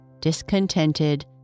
discontented